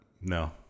No